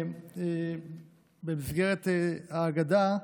במסגרת ההגדה,